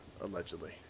allegedly